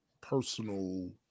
personal